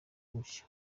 gutyo